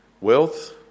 wealth